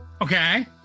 Okay